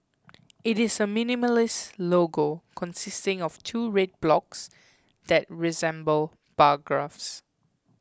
it is a minimalist logo consisting of two red blocks that resemble bar graphs